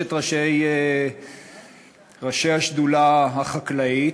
שלושת ראשי השדולה החקלאית,